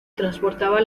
transportaba